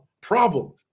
problem